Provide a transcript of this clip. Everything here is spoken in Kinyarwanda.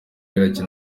irakina